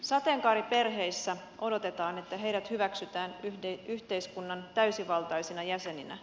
sateenkaariperheissä odotetaan että heidät hyväksytään yhteiskunnan täysivaltaisina jäseninä